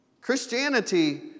Christianity